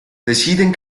deciden